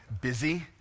busy